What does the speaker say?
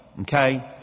okay